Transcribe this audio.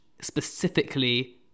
specifically